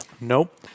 Nope